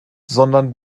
sondern